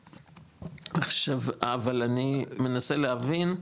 עכשיו, אבל אני מנסה להבין,